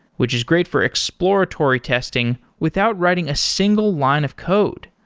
which is great for exploratory testing without writing a single line of code.